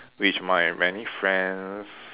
which my many friends